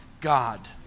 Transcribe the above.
God